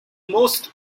most